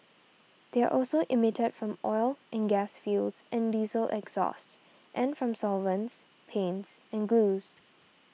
they are also emitted from oil and gas fields and diesel exhaust and from solvents paints and glues